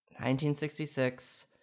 1966